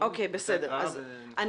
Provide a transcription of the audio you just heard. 6 ו-7,